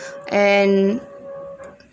and